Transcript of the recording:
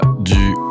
du